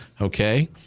okay